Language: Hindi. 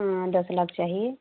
हाँ दस लाख चाहिए